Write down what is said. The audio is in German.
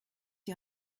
die